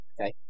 Okay